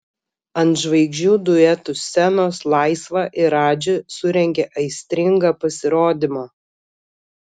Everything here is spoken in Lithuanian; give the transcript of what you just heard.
ant žvaigždžių duetų scenos laisva ir radži surengė aistringą pasirodymą